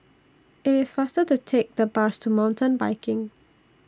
IT IS faster to Take The Bus to Mountain Biking